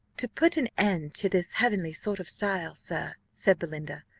to put an end to this heavenly sort of style, sir, said belinda,